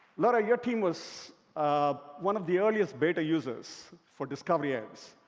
laura, your team was ah one of the earliest beta users for discovery ads,